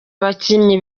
abakinnyi